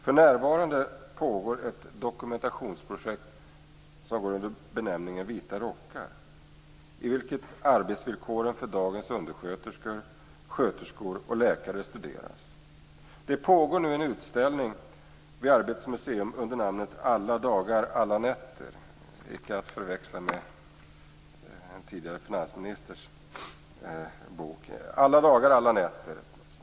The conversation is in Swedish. För närvarande pågår ett dokumentationsprojekt som går under benämningen Vita rockar, i vilket arbetsvillkoren för dagens undersköterskor, sköterskor och läkare studeras. Det pågår också en utställning vid Arbetets museum under namnet Alla dagar, alla nätter, icke att förväxla med en tidigare finansministers bok.